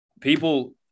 people